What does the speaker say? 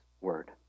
Word